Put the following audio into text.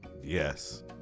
Yes